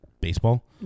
baseball